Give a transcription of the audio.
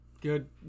good